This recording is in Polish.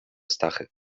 stachy